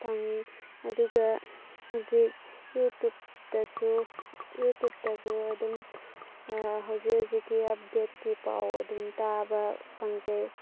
ꯐꯪꯉꯤ ꯑꯗꯨꯒ ꯍꯧꯖꯤꯛ ꯌꯨꯇ꯭ꯌꯨꯕꯇꯁꯨ ꯌꯨꯇ꯭ꯌꯨꯕꯇꯁꯨ ꯑꯗꯨꯝ ꯍꯧꯖꯤꯛ ꯍꯧꯖꯤꯛꯀꯤ ꯑꯞꯗꯦꯠꯀꯤ ꯄꯥꯎ ꯑꯗꯨꯝ ꯇꯥꯕ ꯐꯪꯖꯩ